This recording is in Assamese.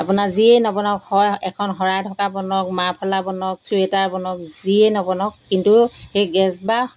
আপোনাৰ যিয়েই নবনাওক হয় এখন শৰাই ঢকা বনাওক মাৰ্ফলা বনাওক চুৱেটাৰ বনাওক যিয়েই নবনাওক কিন্তু সেই গেজ বা